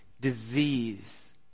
disease